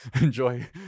enjoy